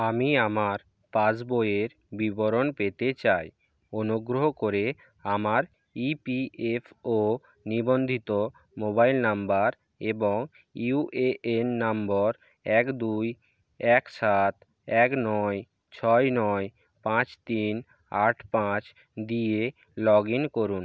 আমি আমার পাস বইয়ের বিবরণ পেতে চাই অনুগ্রহ করে আমার ইপিএফও নিবন্ধিত মোবাইল নম্বর এবং ইউএএন নম্বর এক দুই এক সাত এক নয় ছয় নয় পাঁচ তিন আট পাঁচ দিয়ে লগ ইন করুন